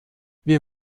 wir